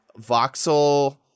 voxel